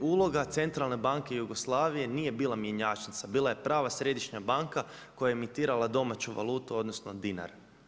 Međutim, uloga Centralne banke Jugoslavije nije bila mjenjačnica bila je prava središnja banka koja je emitirala domaću valutu odnosno dinar.